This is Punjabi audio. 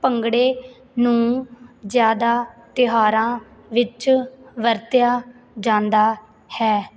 ਭੰਗੜੇ ਨੂੰ ਜ਼ਿਆਦਾ ਤਿਉਹਾਰਾਂ ਵਿੱਚ ਵਰਤਿਆ ਜਾਂਦਾ ਹੈ